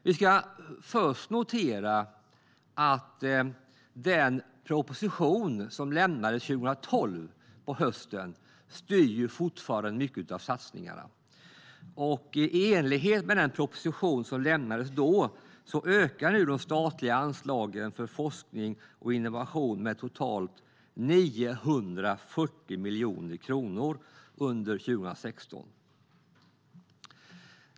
Vi ska först notera att den proposition som lämnades på hösten 2012 fortfarande styr mycket av satsningarna. I enlighet med den proposition som lämnades då ökar nu de statliga anslagen för forskning och innovation med totalt 940 miljoner kronor under 2016.